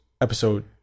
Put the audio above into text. episode